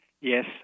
Yes